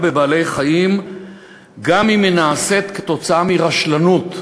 בבעלי-חיים גם אם היא תוצאה של רשלנות,